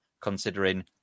considering